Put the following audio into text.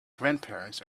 grandparents